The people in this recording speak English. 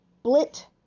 Split